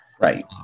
Right